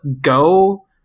go